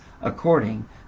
according